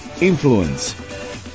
Influence